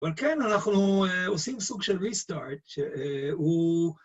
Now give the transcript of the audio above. אבל כן, אנחנו עושים סוג של ריסטארט שהוא...